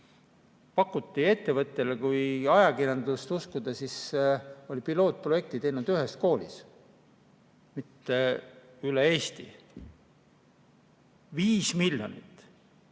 Pakuti ettevõttele, kes, kui ajakirjandust uskuda, oli pilootprojekti teinud ühes koolis, mitte üle Eesti. 5 miljonit!